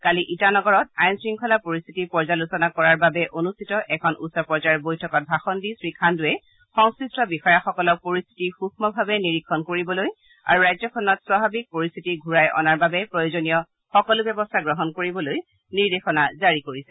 কালি ইটানগৰত আইন শৃংখলাৰ পৰিস্থিতি পৰ্যালোচনা কৰাৰ বাবে অনুষ্ঠিত এখন উচ্চ পৰ্যায়ৰ বৈঠকত ভাষণ দি শ্ৰী খাণ্ডৱে সংশ্লিষ্ট বিষয়াসকলক পৰিস্থিতি সৃক্ষ্মভাৱে নিৰীক্ষণ কৰিবলৈ আৰু ৰাজ্যখনত স্বাভাৱিক পৰিস্থিতি ঘূৰাই অনাৰ বাবে প্ৰয়োজনীয় সকলো ব্যৱস্থা গ্ৰহণ কৰিবলৈ নিৰ্দেশনা জাৰি কৰিছে